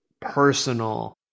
personal